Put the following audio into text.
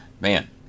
man